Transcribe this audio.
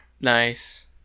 Nice